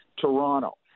Toronto